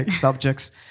subjects